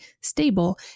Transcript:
stable